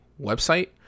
website